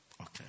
Okay